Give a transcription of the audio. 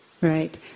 Right